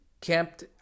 kept